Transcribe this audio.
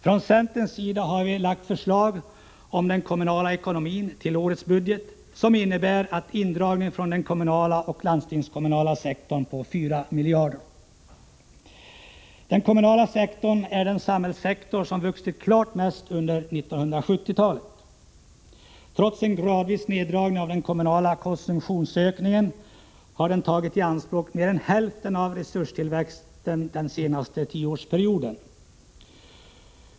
Från centerns sida har vi lagt förslag om den kommunala ekonomin till årets budget som innebär en indragning från den kommunala och landstingskommunala sektorn på 4 miljarder. Den kommunala sektorn är den samhällssektor som vuxit klart mest under 1970-talet. Trots en gradvis neddragning av den kommunala konsumtionsökningen har den tagit i anspråk mer än hälften av resurstillväxten den senaste tioårsperioden.